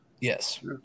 Yes